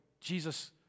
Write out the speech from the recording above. Jesus